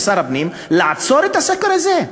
משר הפנים לעצור את הסקר הזה,